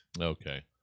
Okay